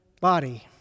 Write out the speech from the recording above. body